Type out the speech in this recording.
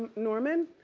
norman,